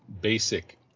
basic